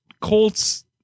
Colts